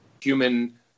human